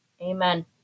Amen